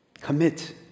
Commit